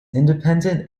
independent